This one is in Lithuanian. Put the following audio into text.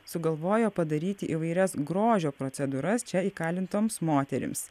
sugalvojo padaryti įvairias grožio procedūras čia įkalintoms moterims